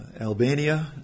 Albania